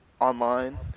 online